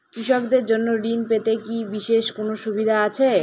কৃষকদের জন্য ঋণ পেতে কি বিশেষ কোনো সুবিধা আছে?